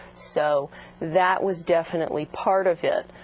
so that was definitely part of it,